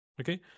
Okay